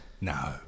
No